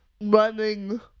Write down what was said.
running